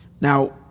Now